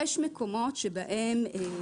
לא,